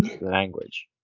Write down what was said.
language